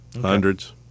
Hundreds